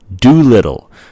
Doolittle